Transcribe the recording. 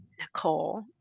Nicole